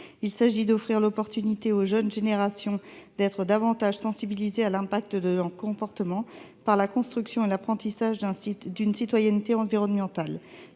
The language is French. Il s'agit de permettre aux jeunes générations d'être plus sensibilisées à l'impact de leurs comportements, par la construction et l'apprentissage d'une citoyenneté environnementale.